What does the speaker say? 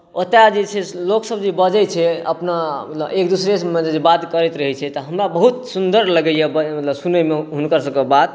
ओतय जे छै लोकसभ जे बजैत छै अपना मतलब एकदूसरेमे बात करैत रहैत छै तऽ हमरा बहुत सुन्दर लगैए सुनयमे हुनकरसभके बात